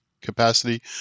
capacity